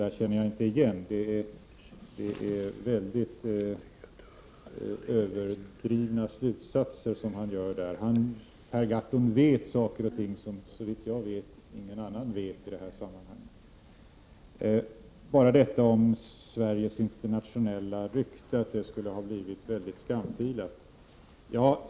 Det är överdrivna slutsatser som han drar. Per Gahrton vet sådant som, såvitt jag vet, ingen annan vet i det här sammanhanget. Han säger att Sveriges internationella rykte skulle ha blivit mycket skamfilat.